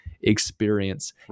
experience